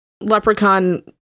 leprechaun